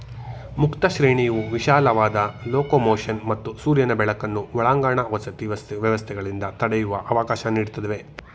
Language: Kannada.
ಮುಕ್ತ ಶ್ರೇಣಿಯು ವಿಶಾಲವಾದ ಲೊಕೊಮೊಷನ್ ಮತ್ತು ಸೂರ್ಯನ ಬೆಳಕನ್ನು ಒಳಾಂಗಣ ವಸತಿ ವ್ಯವಸ್ಥೆಗಳಿಂದ ತಡೆಯುವ ಅವಕಾಶ ನೀಡ್ತವೆ